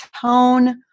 tone